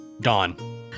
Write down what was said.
Dawn